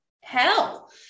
hell